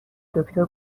دکتر